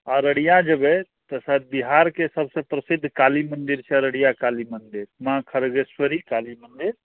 अररिया जेबै तऽ शायद बिहारके सबसे प्रसिद्ध काली मन्दिर छै अररिया काली मन्दिर माँ खरगेश्वरी काली मन्दिर